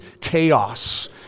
chaos